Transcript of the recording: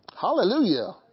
Hallelujah